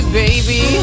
baby